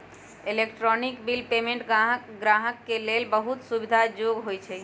electronic bill payment गाहक के लेल बहुते सुविधा जोग्य होइ छइ